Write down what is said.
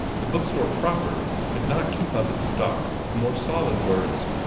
the book-store proper could not keep up its stock of more solid works,